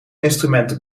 instrumenten